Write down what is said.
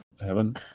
heaven